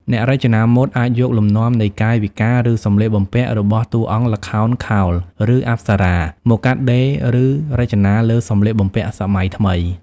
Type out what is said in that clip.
អ្នករចនាម៉ូដអាចយកលំនាំនៃកាយវិការ ឬសំលៀកបំពាក់របស់តួអង្គល្ខោនខោល ឬអប្សរា មកកាត់ដេរឬរចនាលើសម្លៀកបំពាក់សម័យថ្មី។